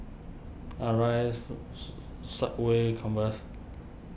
Arai Subway Converse